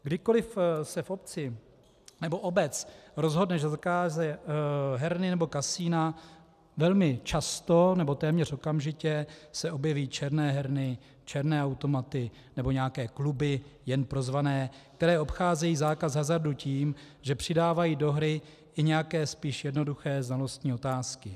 Kdykoli se v obci nebo obec rozhodne, že zakáže herny nebo kasina, velmi často nebo téměř okamžitě se objeví černé herny, černé automaty nebo nějaké kluby jen pro zvané, které obcházejí zákaz hazardu tím, že přidávají do hry nějaké spíš jednoduché znalostní otázky.